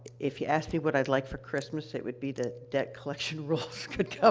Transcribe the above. if you asked me what i'd like for christmas, it would be that debt collection rules could go.